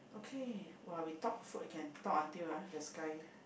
okay !wah! we talk food can talk until ah the sky